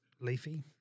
leafy